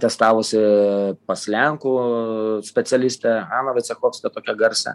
testavosi pas lenkų specialistę aną vaicechovską tokią garsią